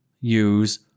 use